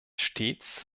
stets